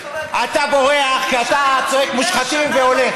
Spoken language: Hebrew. אתה בורח כי אתה צועק "מושחתים" והולך.